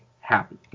happy